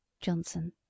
johnson